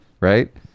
right